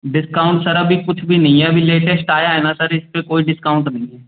discount sir अभी कुछ भी नहीं है अभी लेटेश्ट आया है ना सर इस पर कोई डिस्काउंट नहीं है